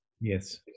Yes